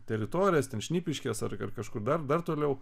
teritorijas ten šnipiškės ar kažkur dar toliau